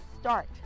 start